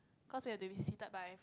cause we have to be seated by